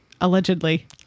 allegedly